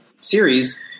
series